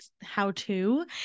how-to